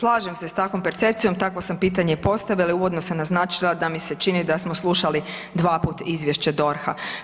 Slažem se s takvom percepcijom, takvo sam pitanje i postavila i uvodno sam naznačila da mi se čini da smo slušali dva puta izvješće DORH-a.